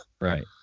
Right